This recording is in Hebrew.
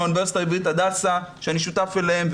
מהאוניברסיטה העברית הדסה שאני שותף להם,